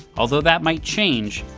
although that might change.